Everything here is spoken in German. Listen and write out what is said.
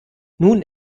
nun